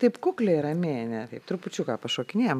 taip kukliai ramiai ane taip trupučiuką pašokinėjam